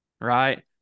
right